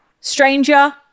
stranger